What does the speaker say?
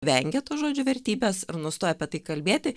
vengia to žodžio vertybės ir nustoja apie tai kalbėti